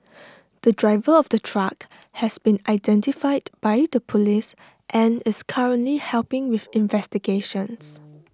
the driver of the truck has been identified by the Police and is currently helping with investigations